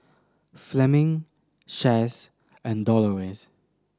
Fleming Chaz and Dolores